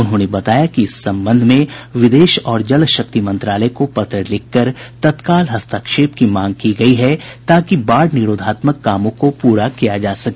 उन्होंने बताया कि इस संबंध में विदेश और जल शक्ति मंत्रालय को पत्र लिखकर तत्काल हस्तक्षेप की मांग की गयी है ताकि बाढ़ निरोधात्मक कामों को पूरा किया जा सके